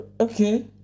Okay